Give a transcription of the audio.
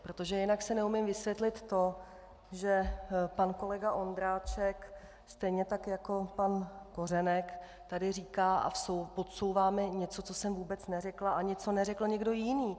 Protože jinak si neumím vysvětlit to, že pan kolega Ondráček, stejně tak jako pan Kořenek, tady říká a podsouvá mi něco, co jsem vůbec neřekla ani co neřekl někdo jiný.